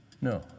No